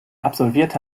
absolvierte